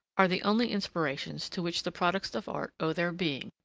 are the only inspirations to which the products of art owe their being.